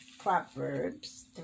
Proverbs